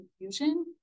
infusion